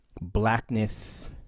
blackness